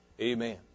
amen